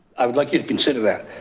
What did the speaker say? i would like you to consider that.